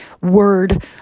word